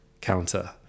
counter